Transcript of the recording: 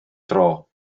dro